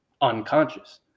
unconscious